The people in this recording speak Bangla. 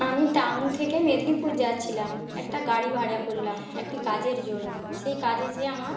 আমি টাউন থেকে মেদিনীপুর যাচ্ছিলাম একটা গাড়ি ভাড়া করলাম একটি কাজের জন্য সেই কাজে যেয়ে আমার